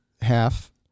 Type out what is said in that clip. Half